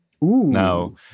Now